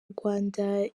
rwanda